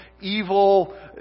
evil